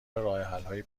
راهحلهای